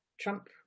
Trump